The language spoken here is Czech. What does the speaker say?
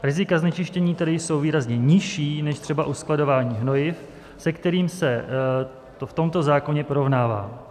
Rizika znečištění tedy jsou výrazně nižší než třeba u skladování hnojiv, se kterým se v tomto zákoně porovnává.